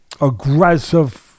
aggressive